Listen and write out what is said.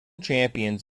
champions